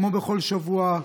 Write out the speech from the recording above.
כמו בכל שבוע,